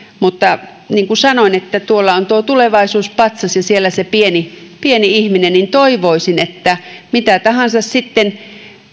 mutta niin kuin sanoin tuolla on tuo tulevaisuus patsas ja se pieni pieni ihminen ja toivoisin että mitä tahansa sitten